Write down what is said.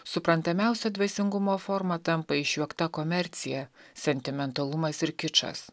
suprantamiausia dvasingumo forma tampa išjuokta komercija sentimentalumas ir kičas